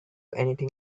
anything